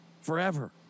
forever